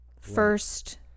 first